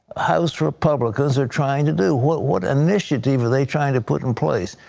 house republicans are trying to do? what what initiative are they trying to put in place?